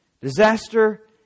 Disaster